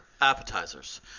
Appetizers